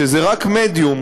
שזה רק מדיום,